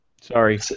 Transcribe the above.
Sorry